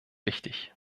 wichtig